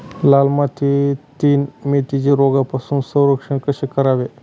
लाल मातीतील मेथीचे रोगापासून संरक्षण कसे करावे?